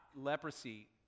leprosy